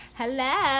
hello